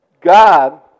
God